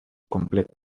completo